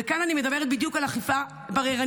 וכאן אני מדברת בדיוק על אכיפה בררנית.